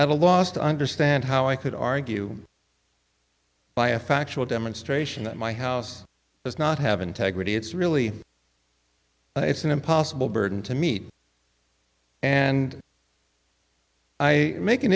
a loss to understand how i could argue by a factual demonstration that my house does not have integrity it's really it's an impossible burden to meet and i make an